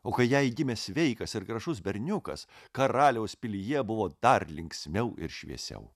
o kai jai gimė sveikas ir gražus berniukas karaliaus pilyje buvo dar linksmiau ir šviesiau